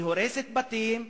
היא הורסת בתים,